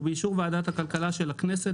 ובאישור ועדת הכלכלה של הכנסת,